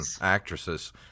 actresses